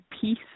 peace